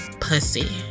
pussy